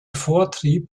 vortrieb